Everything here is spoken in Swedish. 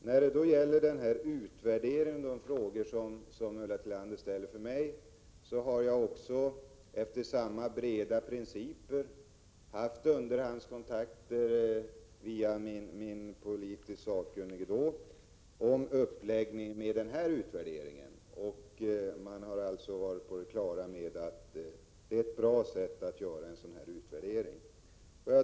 När det gäller utvärderingen och de frågor som Ulla Tillander ställde till mig har jag alltså efter samma principer haft underhandskontakter via min politiskt sakkunnige om uppläggningen av utvärderingen. Man har varit på det klara med att detta är ett bra sätt att göra en utvärdering.